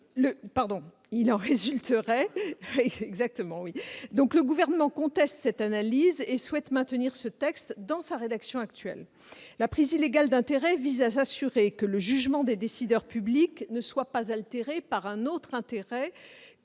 Le Gouvernement conteste une telle analyse et souhaite maintenir ce texte dans sa rédaction actuelle. La prise illégale d'intérêts vise à s'assurer que le jugement des décideurs publics ne soit pas altéré par un autre intérêt